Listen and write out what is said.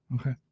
Okay